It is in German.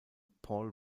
paul